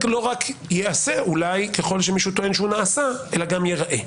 לא רק יעשה אולי ככל שמישהו טוען שהוא נעשה אלא גם יראה.